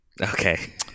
Okay